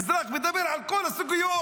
האזרח מדבר על כל הסוגיות.